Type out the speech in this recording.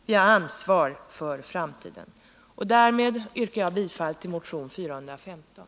Vi har ansvar för framtiden. Därmed yrkar jag bifall till motion 415.